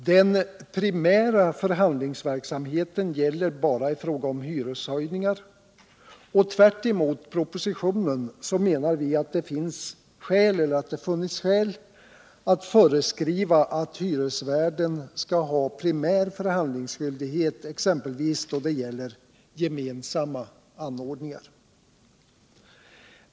Den primära förhandlingsverksamheten gäller bara i fråga om hyreshöjningar, och tvärtemot propositionen menar vi att det hade funnits skäl att föreskriva att hyresvärden skulle ha primär förhandlingsskyldighet exempelvis då det gäller gemensamma anordningar.